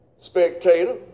Spectator